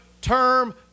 term